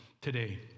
today